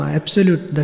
absolute